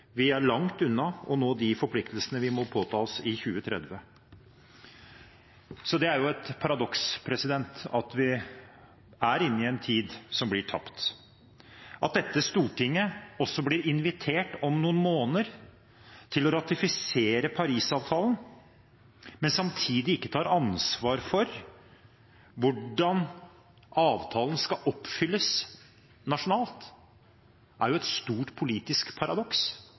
vi er langt unna å nå de forpliktelsene vi må påta oss i 2030. Så det er et paradoks at vi er inne i en tid som blir tapt. At dette Stortinget blir invitert til om noen måneder å ratifisere Paris-avtalen, men samtidig ikke tar ansvar for hvordan avtalen skal oppfylles nasjonalt, er et stort politisk paradoks,